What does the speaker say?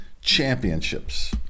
Championships